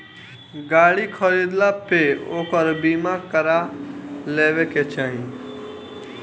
गाड़ी खरीदला पे ओकर बीमा करा लेवे के चाही